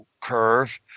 curve